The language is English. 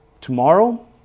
tomorrow